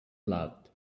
loved